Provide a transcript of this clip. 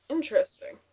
Interesting